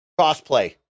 Crossplay